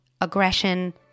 aggression